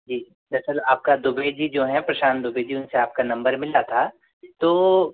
जी दरअसल आपका दुबे जी जो है प्रशांत दुबे जी उनसे आपका नंबर मिला था तो